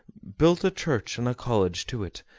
built a church and a college to it,